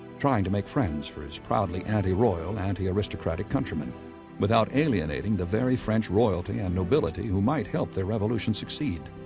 trying to make friends for his proudly anti-royal, anti-aristocratic countrymen without alienating the very french royalty and nobility who might help their revolution succeed,